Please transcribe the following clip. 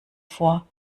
vor